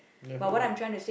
definitely